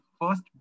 first